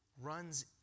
runs